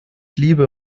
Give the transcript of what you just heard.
liebe